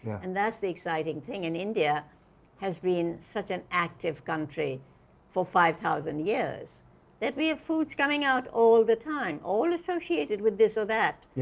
and that's the exciting thing. india has been such an active country for five thousand years that we have foods coming out all the time, all associated with this or that. yeah